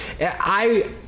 I-